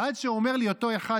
עד שאומר לי אותו אחד,